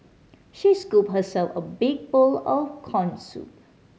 she scooped herself a big bowl of corn soup